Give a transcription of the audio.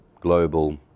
global